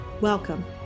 Welcome